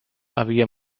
havia